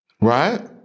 right